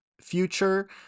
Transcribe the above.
future